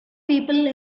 people